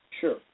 sure